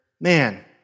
man